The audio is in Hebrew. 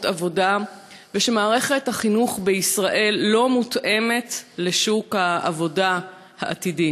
עבודה ושמערכת החינוך לא מותאמת לשוק העבודה העתידי,